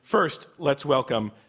first, let's welcome,